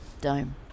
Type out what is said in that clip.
dome